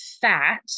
fat